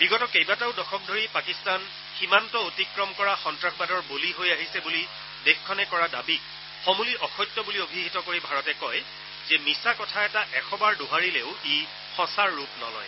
বিগত কেইবাটাও দশক ধৰি পাকিস্তান সীমান্ত অতিক্ৰম কৰা সন্তাসবাদৰ বলী হৈ আহিছে বুলি দেশখনে কৰা দাবীক সমূলি অসত্য বুলি অভিহিত কৰি ভাৰতে কয় যে মিছা কথা এটা এশবাৰ দোহাৰিলেও ই সঁচাৰ ৰূপ নলয়